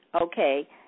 Okay